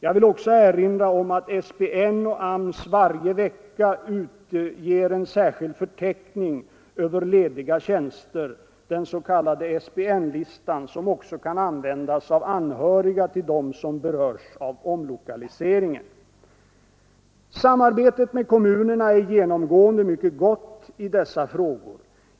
Jag vill också erinra om att SPN och AMS varje vecka utger en särskild förteckning över lediga tjänster, den s.k. SPN-listan, som också kan användas av anhöriga till dem som berörs av omlokaliseringen. Samarbetet med kommunerna är genomgående mycket gott i dessa frågor.